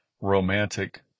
romantic